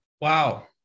Wow